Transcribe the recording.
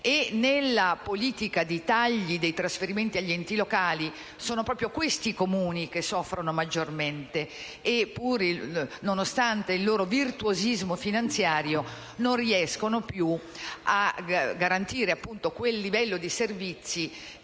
Nella politica dei tagli dei trasferimenti agli enti locali, infatti, sono proprio questi i Comuni che soffrono maggiormente, perché, nonostante il loro virtuosismo finanziario, non riescono più a garantire quel livello di servizi